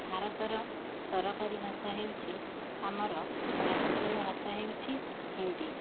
ଭାରତର ସରକାରୀ ଭାଷା ହେଉଛି ଆମର ରାଷ୍ଟ୍ରୀୟ ଭାଷା ହେଉଛି ହିନ୍ଦୀ